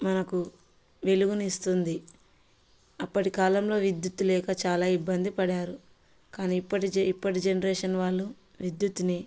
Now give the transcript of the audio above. మనకు వెలుగుని ఇస్తుంది అప్పటి కాలంలో విద్యుత్ లేక చాలా ఇబ్బంది పడ్డారు కానీ ఇప్పటి ఇప్పటి జనరేషన్ వాళ్ళు విద్యుత్ని